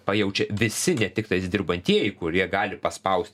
pajaučia visi ne tiktais dirbantieji kurie gali paspausti